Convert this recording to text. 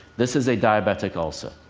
this is a diabetic ulcer.